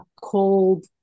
cold